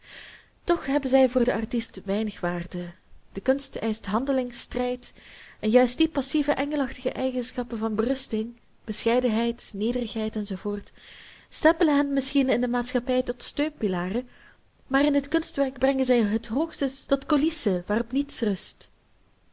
toch hebben zij voor den artiest weinig waarde de kunst eischt handeling strijd en juist die passive engelachtige eigenschappen van berusting bescheidenheid nederigheid enz stempelen hen misschien in de maatschappij tot steunpilaren maar in het kunstwerk brengen zij het hoogstens tot coulissen waarop niets rust